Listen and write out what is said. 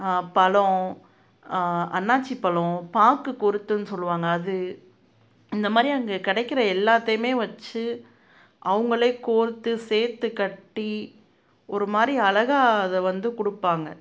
பழம் அண்ணாசி பழம் பாக்கு குருத்துன்னு சொல்லுவாங்க அது இந்தமாதிரி அங்கே கிடைக்கிற எல்லாத்தையுமே வச்சு அவங்களே கோர்த்து சேர்த்து கட்டி ஒருமாதிரி அழகா அதை வந்து கொடுப்பாங்க